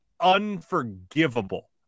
unforgivable